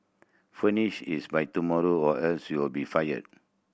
finish this by tomorrow or else you'll be fired